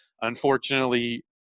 Unfortunately